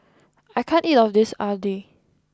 I can't eat all of this Idly